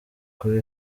kuri